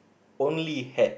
only had